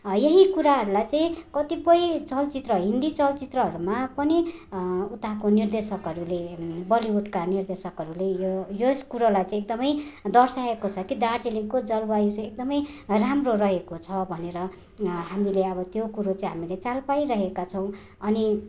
यही कुराहरूलाई चाहिँ कतिपय चलचित्र हिन्दी चलचित्रहरूमा पनि उताको निर्देशकहरूले बलिवुडका निर्देशकहरूले यो यस कुरालाई चाहिँ एकदमै दर्साएको छ कि दार्जिलिङको जलवायु चाहिँ एकदमै राम्रो रहेको छ भनेर हामीले अब त्यो कुरो चाहिँ हामीले चाल पाइरहेका छौँ अनि